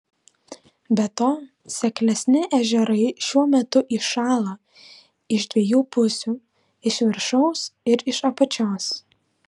be to seklesni ežerai šiuo metu įšąla iš dviejų pusių iš viršaus ir iš apačios